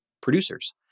producers